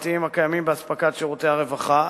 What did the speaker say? חברתיים הקיימים באספקת שירותי הרווחה,